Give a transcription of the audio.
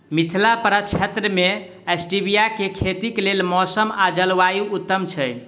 मिथिला प्रक्षेत्र मे स्टीबिया केँ खेतीक लेल मौसम आ जलवायु उत्तम छै?